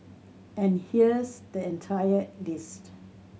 and here's the entire list